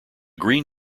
green